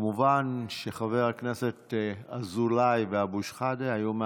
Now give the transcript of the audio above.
כמובן שחבר הכנסת אזולאי ואבו שחאדה היו מהמציעים.